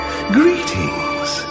Greetings